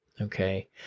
Okay